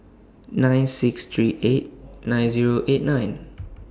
nine six three eight nine Zero eight nine